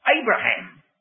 Abraham